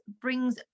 brings